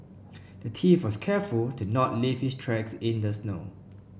the thief was careful to not leave his tracks in the snow